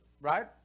right